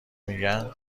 میگن